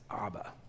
Abba